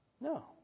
No